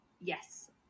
Yes